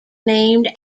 named